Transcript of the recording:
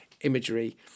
imagery